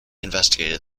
investigated